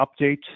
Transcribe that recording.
update